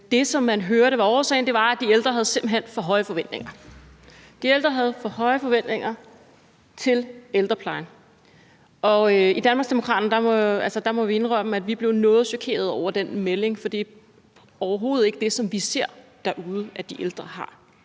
som man hørte var årsagen, var, at de ældre simpelt hen havde for høje forventninger. De ældre havde for høje forventninger til ældreplejen: I Danmarksdemokraterne må vi indrømme, at vi blev noget chokerede over den melding, for det er overhovedet ikke det, som vi ser derude at de ældre har.